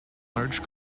large